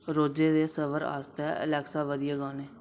रोजै दे सफर आस्तै अलैक्सा बधिया गाने